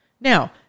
Now